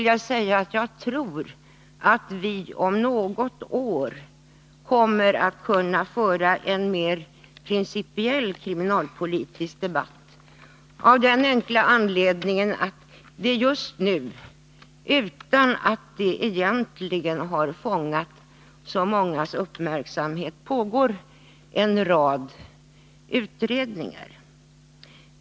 Jag tror att vi om något år kommer att kunna föra en mer principiell kriminalpolitisk debatt än nu, av den enkla anledningen att det just nu pågår en rad utredningar, fastän de egentligen inte har fångat så mångas uppmärksamhet.